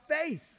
faith